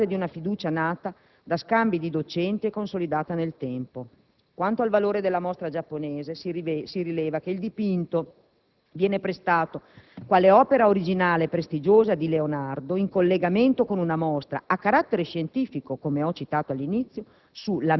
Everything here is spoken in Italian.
sulla base di una fiducia nata da scambi di docenti e consolidata nel tempo. Quanto al valore della mostra giapponese, si rileva che il dipinto viene prestato quale opera originale, prestigiosa di Leonardo in collegamento con una mostra a carattere scientifico - come ho citato all'inizio